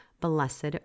blessed